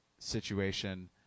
situation